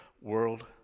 world